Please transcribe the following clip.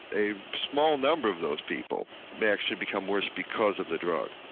a small number of those people may actually become worse because of the drug.